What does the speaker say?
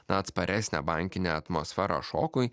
atsparesnę bankinę atmosferą šokui